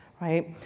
right